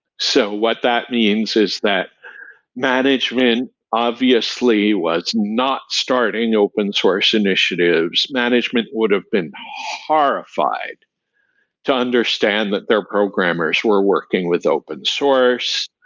so, what that means is that management obviously was not starting open source initiatives. management would've been horrified to understand that their programmers were working with open source.